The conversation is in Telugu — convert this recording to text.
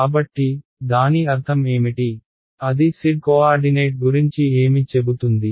కాబట్టి దాని అర్థం ఏమిటి అది z కోఆర్డినేట్ గురించి ఏమి చెబుతుంది